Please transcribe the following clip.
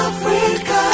Africa